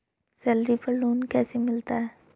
Salary पर loan कैसे मिलता है?